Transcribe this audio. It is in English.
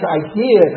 idea